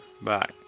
bye